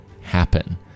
happen